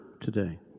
today